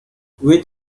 wait